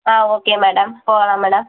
ஆ okay madam போகலாம் madam